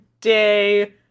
day